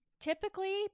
Typically